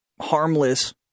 harmless